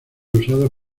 usados